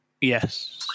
Yes